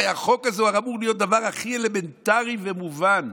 הרי החוק הזה אמור להיות הדבר הכי אלמנטרי ומובן.